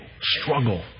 struggle